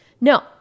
No